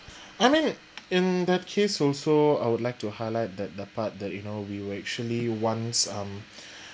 I'm mean in that case also I would like to highlight that the part that you know we were actually once um